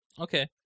Okay